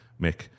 Mick